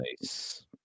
Nice